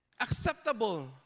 acceptable